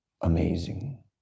amazing